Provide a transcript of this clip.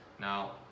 now